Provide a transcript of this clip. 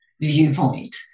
viewpoint